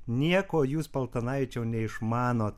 nieko jūs paltanavičiau neišmanot